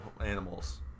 Animals